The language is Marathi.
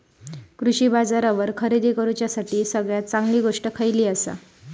कृषी बाजारावर खरेदी करूसाठी सगळ्यात चांगली गोष्ट खैयली आसा?